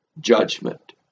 judgment